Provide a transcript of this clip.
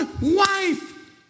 wife